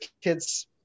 kids